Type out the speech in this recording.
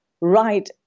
right